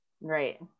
right